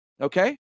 okay